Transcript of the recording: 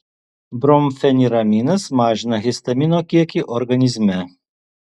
bromfeniraminas mažina histamino kiekį organizme